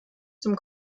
zum